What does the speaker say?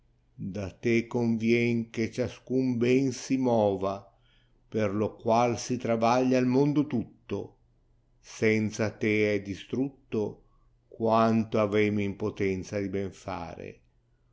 da te convien che ciascun ben si mova per lo qual si travaglia il mondo tutto senza te è distrutto quanto avem in potenza di ben fere